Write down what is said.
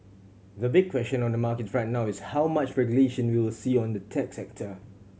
the big question on the market right now is how much regulation we will see on the tech sector